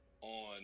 on